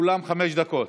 כולם חמש דקות.